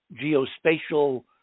geospatial